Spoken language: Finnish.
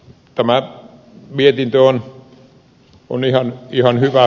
tämä mietintö on ihan hyvä